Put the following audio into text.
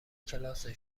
کلاسش